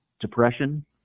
depression